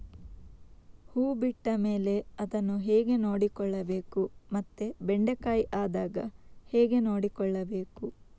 ಹೂ ಬಿಟ್ಟ ಮೇಲೆ ಅದನ್ನು ಹೇಗೆ ನೋಡಿಕೊಳ್ಳಬೇಕು ಮತ್ತೆ ಬೆಂಡೆ ಕಾಯಿ ಆದಾಗ ಹೇಗೆ ನೋಡಿಕೊಳ್ಳಬೇಕು?